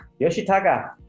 Yoshitaka